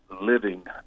living